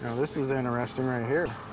this is interesting right here.